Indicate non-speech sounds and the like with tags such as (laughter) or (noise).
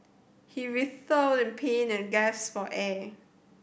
he writhed in pain and (unintelligible) for air